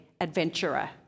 adventurer